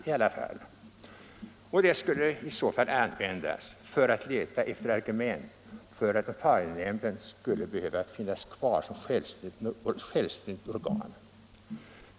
Förstoringsglaset skulle i så fall kunna användas för att leta efter argument för att notarienämnden skulle behöva finnas kvar som självständigt organ.